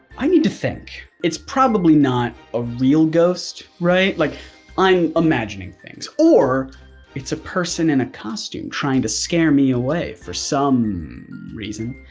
i need to think. it's probably not a real ghost, right? like i'm imagining things or it's a person in a costume trying to scare me away for some reason.